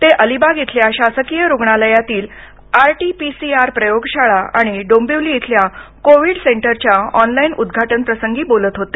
ते अलिबाग इथल्या शासकीय रुग्णालयातील आरटीपीसीआर प्रयोगशाळा आणि डोंबिवली इथल्या कोविड सेंटरच्या ऑनलाईन उद्धघाटन प्रसंगी बोलत होते